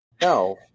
no